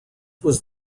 was